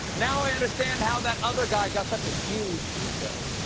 now i understand how that other guy got such a huge ego.